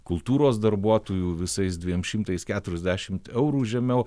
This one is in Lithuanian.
kultūros darbuotojų visais dviem šimtai keturiasdešimt eurų žemiau